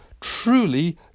truly